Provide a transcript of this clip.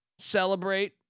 celebrate